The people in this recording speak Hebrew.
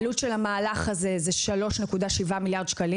והעלות שלו היא 3.7 מיליארד שקלים.